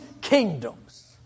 kingdoms